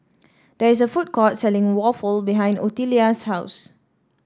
there is a food court selling waffle behind Ottilia's house